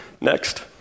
Next